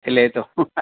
खिले तो